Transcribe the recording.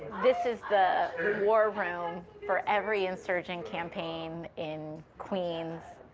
this is the war room for every insurgent campaign in queens.